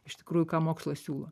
iš tikrųjų ką mokslas siūlo